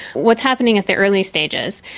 what's happening at the early stages?